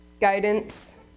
guidance